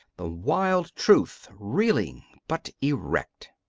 the wild truth reeling but erect.